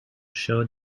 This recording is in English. showed